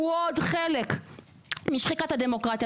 הוא עוד חלק משחיקת הדמוקרטיה,